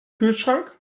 kühlschrank